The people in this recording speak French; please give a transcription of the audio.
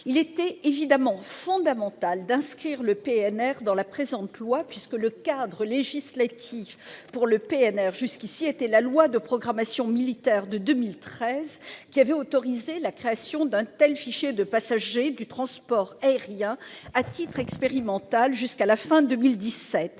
Il était évidemment fondamental d'inscrire le PNR dans la présente loi. En effet, le cadre législatif français était jusqu'ici défini par la loi de programmation militaire de 2013, qui avait autorisé la création d'un fichier de passagers du transport aérien à titre expérimental jusqu'à la fin de